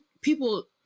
people